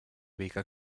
biga